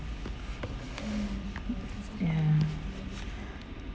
ya